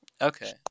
Okay